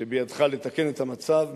בידך לתקן את המצב.